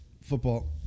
football